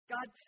God